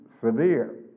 severe